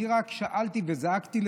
אני רק שאלתי וזעקתי,